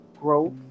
growth